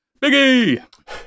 Biggie